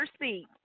seat